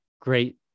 great